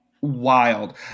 Wild